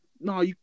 no